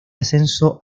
ascenso